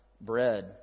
bread